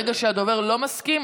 ברגע שהדובר לא מסכים,